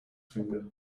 finger